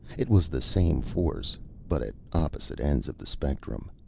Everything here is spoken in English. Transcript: it was the same force, but at opposite ends of the spectrum.